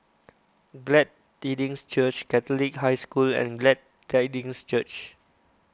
Glad Tidings Church Catholic High School and Glad Tidings Church